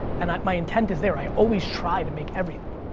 and i, my intent is there. i always try to make everything,